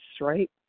right